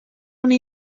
una